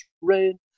rain